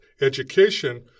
education